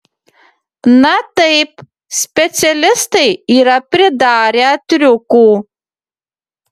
na taip specialistai yra pridarę triukų